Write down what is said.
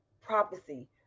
prophecy